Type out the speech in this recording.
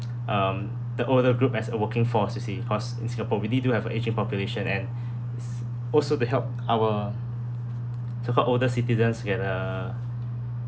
um the older group as a working force you see cause in singapore we already do have an ageing population and s~ also to help our to help older citizens to get uh